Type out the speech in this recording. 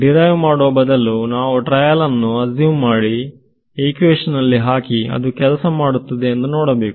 derive ಮಾಡುವ ಬದಲು ನಾವು ಟ್ರಯಲ್ ಅನ್ನು ಅಸ್ಯುಮ್ ಮಾಡಿ ಇಕ್ವೇಶನ್ ನಲ್ಲಿ ಹಾಕಿ ಅದು ಕೆಲಸ ಮಾಡುತ್ತದೆ ಇಂದು ನೋಡಬೇಕು